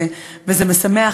וזה משמח,